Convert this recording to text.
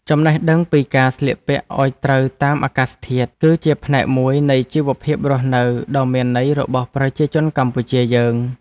ចំណេះដឹងពីការស្លៀកពាក់ឱ្យត្រូវតាមអាកាសធាតុ គឺជាផ្នែកមួយនៃជីវភាពរស់នៅដ៏មានន័យរបស់ប្រជាជនកម្ពុជាយើង។